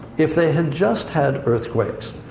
if they had just had earthquakes,